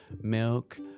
Milk